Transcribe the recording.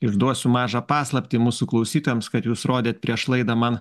išduosiu mažą paslaptį mūsų klausytojams kad jūs rodėt prieš laidą man